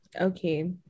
okay